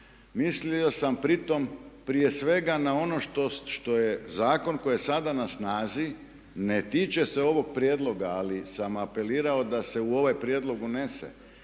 mislio sam pri tom prije svega na ono što je zakon koji je sada na snazi ne tiče se ovog prijedloga, ali sam apelirao da se u ovaj prijedlog unese